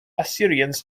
assyrians